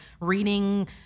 reading